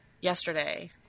yesterday